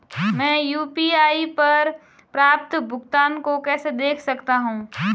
मैं यू.पी.आई पर प्राप्त भुगतान को कैसे देख सकता हूं?